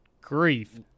grief